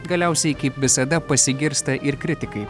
galiausiai kaip visada pasigirsta ir kritikai